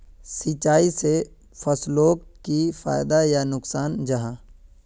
सिंचाई से फसलोक की फायदा या नुकसान जाहा?